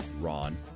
Ron